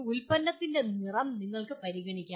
ഒരു ഉൽപ്പന്നത്തിന്റെ നിറം നിങ്ങൾക്ക് പരിഗണിക്കാം